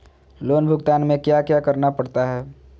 loan भुगतान में क्या क्या करना पड़ता है